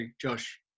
Josh